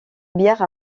bières